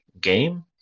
game